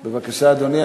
בבקשה, אדוני.